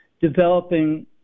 developing